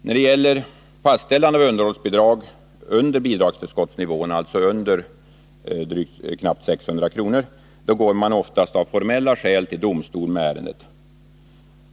När det gäller fastställande av underhållsbidrag under bidragsförskottsnivån går man oftast av formella skäl till domstol med ärendet.